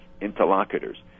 interlocutors